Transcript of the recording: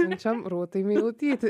siunčiam rūtai meilutytei